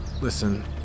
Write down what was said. Listen